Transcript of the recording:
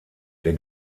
der